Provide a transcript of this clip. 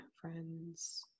friends